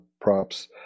props